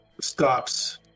stops